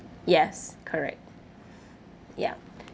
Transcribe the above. yes correct yup